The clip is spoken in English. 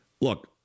look